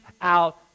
out